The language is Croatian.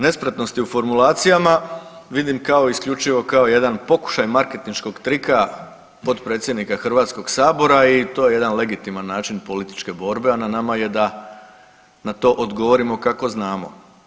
Nespretnosti u formulacijama vidim kao isključivo, kao jedan pokušaj marketinškog trika potpredsjednika Hrvatskog sabora i to je jedan legitiman način političke borbe, a na nama je da na to odgovorimo kako znamo.